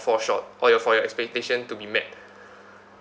fall short or your for your expectation to be met